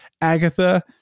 Agatha